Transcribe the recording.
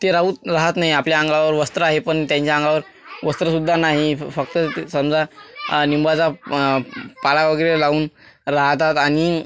ते रहात रहात नाही आपल्या अंगावर वस्त्र आहे पण त्यांच्या अंगावर वस्त्रसुद्धा नाही फ फक्त ते समजा आ निंबाचा पाला वगैरे लावून राहतात आणि